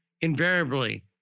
invariably